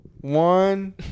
One